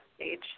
age